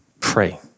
pray